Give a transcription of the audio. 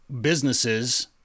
businesses